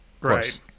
right